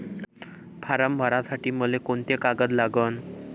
Form भरासाठी मले कोंते कागद लागन?